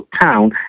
Town